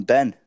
Ben